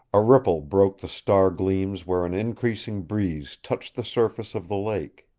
a ripple broke the star gleams where an increasing breeze touched the surface of the lake.